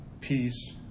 peace